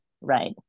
right